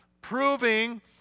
proving